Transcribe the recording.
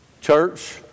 Church